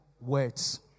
Words